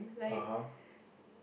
(uh huh)